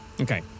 Okay